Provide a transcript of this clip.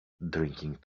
drinking